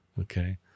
okay